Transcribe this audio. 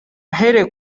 ahereye